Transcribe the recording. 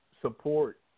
support